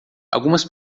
algumas